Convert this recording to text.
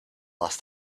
last